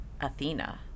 Athena